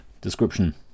description